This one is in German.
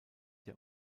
der